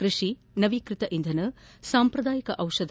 ಕೃಷಿ ನವೀಕೃತ ಇಂಧನ ಸಾಂಪ್ರದಾಯಕ ದಿಷಧ